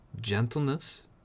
Gentleness